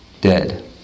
dead